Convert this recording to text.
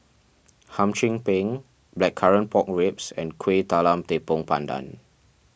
Hum Chim Peng Blackcurrant Pork Ribs and Kuih Talam Tepong Pandan